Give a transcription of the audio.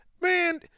Man